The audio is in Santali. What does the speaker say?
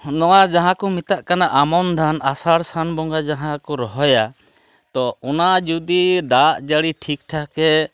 ᱱᱚᱣᱟ ᱡᱟᱦᱟᱸᱠᱚ ᱢᱮᱛᱟᱜ ᱠᱟᱱᱟ ᱟᱢᱚᱱ ᱫᱷᱟᱱ ᱟᱥᱟᱲ ᱥᱟᱱ ᱵᱚᱸᱜᱟ ᱡᱟᱦᱟᱸᱠᱚ ᱨᱚᱦᱚᱭᱟ ᱛᱚ ᱚᱱᱟ ᱡᱩᱫᱤ ᱫᱟᱜ ᱡᱟᱲᱤ ᱴᱷᱤᱠᱴᱷᱟᱠᱼᱮ